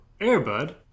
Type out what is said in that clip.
Airbud